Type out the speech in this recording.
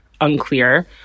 Unclear